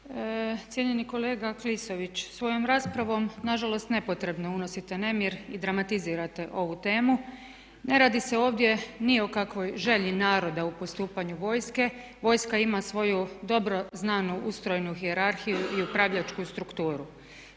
Cijenjeni kolega Klisović, svojom raspravom nažalost nepotrebno unosite nemir i dramatizirate ovu temu. Ne radi se ovdje ni o kakvoj želji naroda u postupanju vojske, vojska ima svoju dobro znanu ustrojenu hijerarhiju i upravljačku strukturu.